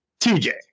TJ